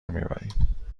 میبریم